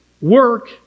work